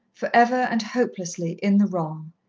for ever and hopelessly, in the wrong.